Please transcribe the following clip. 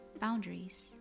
boundaries